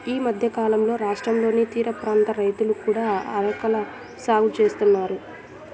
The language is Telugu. ఈ మధ్యకాలంలో రాష్ట్రంలోని తీరప్రాంత రైతులు కూడా అరెకల సాగు చేస్తున్నారు